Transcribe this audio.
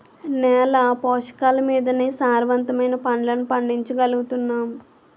నేల పోషకాలమీదనే సారవంతమైన పంటలను పండించగలుగుతున్నాం